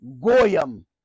Goyim